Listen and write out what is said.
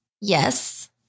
yes